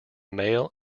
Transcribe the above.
male